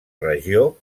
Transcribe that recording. regió